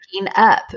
up